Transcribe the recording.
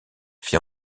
fit